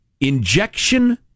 injection